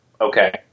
Okay